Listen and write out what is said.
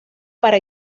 para